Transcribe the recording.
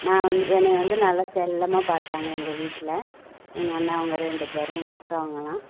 நான் வந்து என்னை வந்து நல்லா செல்லமாக பார்த்தாங்க எங்கள் வீட்டில் எங்கள் அண்ணாங்க ரெண்டுப் பேரும் எங்கள் அக்காங்கலாம்